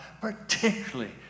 particularly